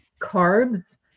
carbs